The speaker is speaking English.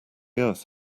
earth